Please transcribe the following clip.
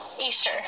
Easter